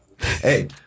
Hey